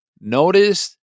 Notice